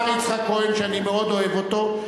ועם כל הכבוד לשר יצחק כהן, שאני מאוד אוהב אותו,